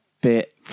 bit